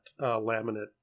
laminate